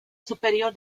superior